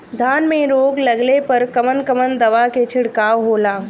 धान में रोग लगले पर कवन कवन दवा के छिड़काव होला?